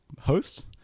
host